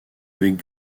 avec